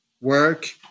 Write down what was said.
Work